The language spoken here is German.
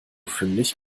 fündig